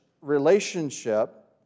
relationship